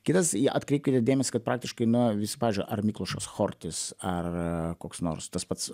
kitas į atkreipkite dėmesį kad praktiškai no visų pavyzdžiui ar miklošas chortis ar koks nors tas pats